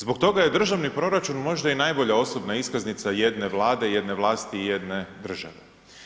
Zbog toga je državni proračun možda i najbolja osobna iskaznica jedne Vlade, jedne vlasti i jedne države.